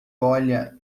olha